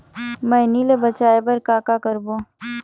मैनी ले बचाए बर का का करबो?